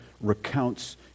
recounts